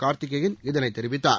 கார்த்திகேயன் இதனை தெரிவித்தார்